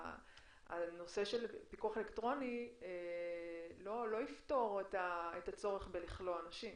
הנושא של פיקוח אלקטרוני לא יפתור את הצורך בלכלוא אנשים.